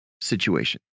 situation